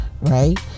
Right